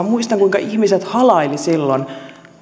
muistan kuinka ihmiset halailivat silloin